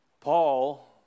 Paul